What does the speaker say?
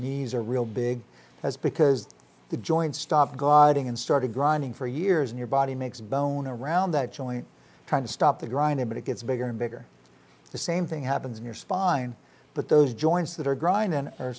knees are real big as because the joints stop guarding and started grinding for years and your body makes bone around that joint trying to stop the grinding but it gets bigger and bigger the same thing happens in your spine but those joints that are